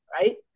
Right